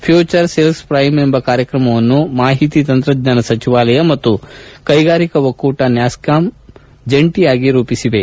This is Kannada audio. ಫ್ಕೂಚರ್ ಸ್ಕಿಲ್ಸ್ ಪ್ರೈಮ್ ಎಂಬ ಕಾರ್ಯಕ್ರಮವನ್ನು ಮಾಹಿತಿ ತಂತ್ರಜ್ಞಾನ ಸಚಿವಾಲಯ ಮತ್ತು ಕೈಗಾರಿಕಾ ಒಕ್ಕೂಟ ನ್ಯಾಸ್ಕಾಂ ಜಂಟಿಯಾಗಿ ರೂಪಿಸಿವೆ